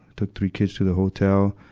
took three kids to the hotel,